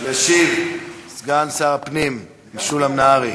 ישיב סגן שר הפנים משולם נהרי.